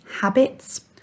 habits